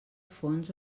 fons